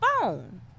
phone